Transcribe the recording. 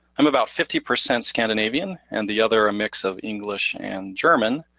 i'm about fifty percent scandinavian, and the other mix of english and german.